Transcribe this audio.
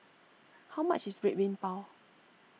how much is Red Bean Bao